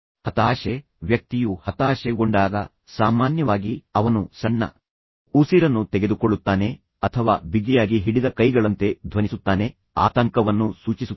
ಹತಾಶೆ ವ್ಯಕ್ತಿಯು ಹತಾಶೆಗೊಂಡಾಗ ಸಾಮಾನ್ಯವಾಗಿ ಅವನು ಸಣ್ಣ ಉಸಿರನ್ನು ತೆಗೆದುಕೊಳ್ಳುತ್ತಾನೆ ಅಥವಾ ಬಿಗಿಯಾಗಿ ಹಿಡಿದ ಕೈಗಳಂತೆ ಧ್ವನಿಸುತ್ತಾನೆ ಆತಂಕವನ್ನು ಸೂಚಿಸುತ್ತದೆ